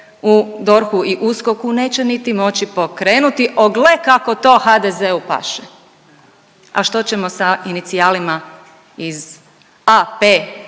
u DORH-u i USKOK-u neće niti moći pokrenuti, o gle kako to HDZ-u paše. A što ćemo sa inicijalima iz AP